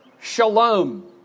shalom